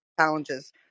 challenges